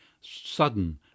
sudden